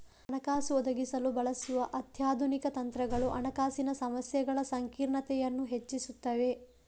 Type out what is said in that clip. ಹಣಕಾಸು ಒದಗಿಸಲು ಬಳಸುವ ಅತ್ಯಾಧುನಿಕ ತಂತ್ರಗಳು ಹಣಕಾಸಿನ ಸಮಸ್ಯೆಗಳ ಸಂಕೀರ್ಣತೆಯನ್ನು ಹೆಚ್ಚಿಸುತ್ತವೆ